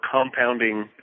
compounding